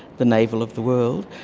the navel of the world,